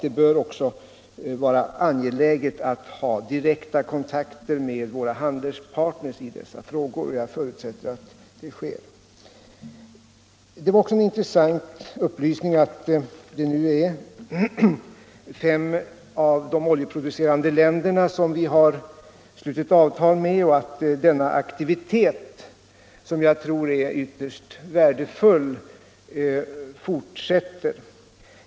Det bör också vara angeläget att ha direkta kontakter med våra handelspartner i dessa frågor, och jag förutsätter att vi har Nr 40 BER :|: Onsdagen den Det vär också fitressent att få veta att vina slutit avtal med fem 19 mars 1975 av de oljeproducerande länderna och att aktiviteten på detta område, = som jag tror är ytterst värdefull, fortsätter.